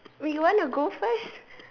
we want to go first